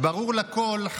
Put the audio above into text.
ברור לכול,